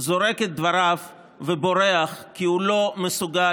זורק את דבריו ובורח כי הוא לא מסוגל